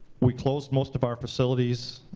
we closed most of our facilities,